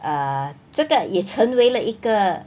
err 这个也成为了一个